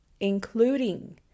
including